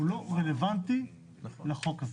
הוא לא רלוונטי לחוק הזה.